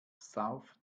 south